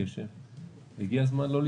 ברוב קשב, והגיע הזמן לא להסתתר.